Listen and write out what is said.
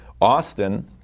Austin